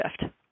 shift